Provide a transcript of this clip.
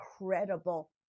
incredible